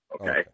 Okay